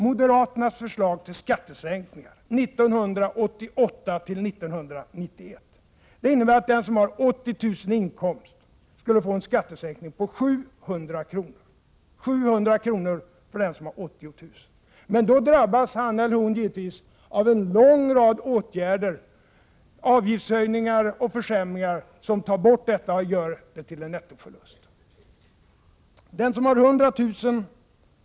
Moderaternas förslag till skattesänkningar 1988-1991 innebär att den som har 80 000 kr. i inkomst skulle få en skattesänkning på 700 kr., men då drabbas han eller hon givetvis av en lång rad åtgärder, avgiftshöjningar och försämringar som tar bort ökningen i köpkraften och gör det hela till en nettoförlust. Den som har 100 000 kr.